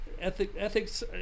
Ethics